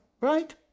Right